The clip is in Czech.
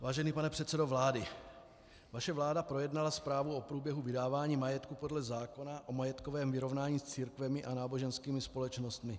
Vážený pane předsedo vlády, vaše vláda projednala zprávu o průběhu vydávání majetku podle zákona o majetkovém vyrovnání s církvemi a náboženskými společnostmi.